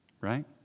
Right